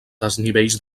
desnivells